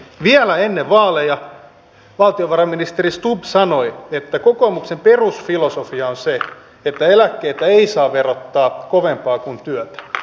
vielä ennen vaaleja valtiovarainministeri stubb sanoi että kokoomuksen perusfilosofia on se että eläkkeitä ei saa verottaa kovemmin kuin työtä